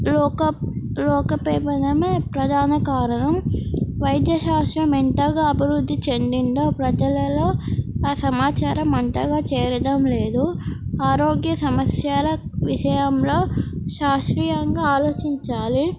యొక్క లోపమే పథమ ప్రధాన కారణం వైద్య శాస్త్రం ఎంతగా అభివృద్ధి చెందిందో ప్రజలలో ఆ సమాచారం అంతగా చేరడం లేదు ఆరోగ్య సమస్యల విషయంలో శాస్త్రీయంగా ఆలోచించాలి